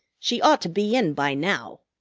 she ought to be in by now.